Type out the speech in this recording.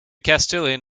castilian